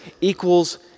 equals